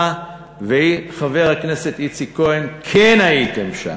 אתה וחבר הכנסת איציק כהן כן הייתם שם.